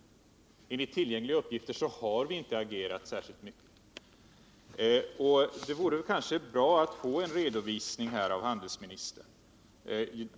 Enligt tillgängliga uppgifter har vi inte agerat särskilt mycket. Det vore kanske bra att få en redovisning av handelsministern.